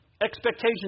expectations